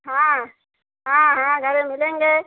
हाँ हाँ घरे मिलेंगे